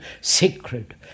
sacred